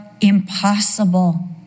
impossible